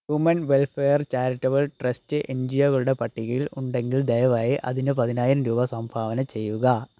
human welfare charitable trust N G ഒകളുടെ പട്ടികയിൽ ഉണ്ടെങ്കിൽ ദയവായി അതിന് പതിനായിരം രൂപ സംഭാവന ചെയ്യുക